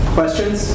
Questions